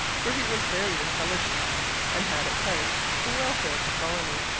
for he was very intelligent and had at heart the welfare of the colony.